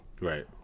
right